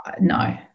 no